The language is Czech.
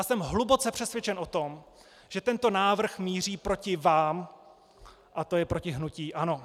Jsem hluboce přesvědčen o tom, že tento návrh míří proti vám a to je proti hnutí ANO.